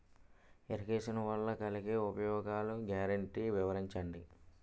Irrigation వలన కలిగే ఉపయోగాలు గ్యారంటీ వివరించండి?